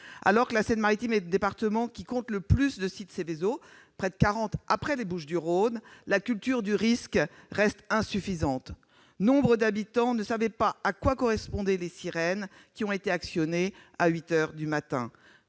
alors que la Seine-Maritime est le département qui compte le plus de sites Seveso- près de quarante -après les Bouches-du-Rhône, la culture du risque reste insuffisante : nombre d'habitants ne savaient pas à quoi correspondaient les sirènes actionnées à huit